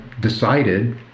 decided